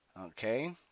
Okay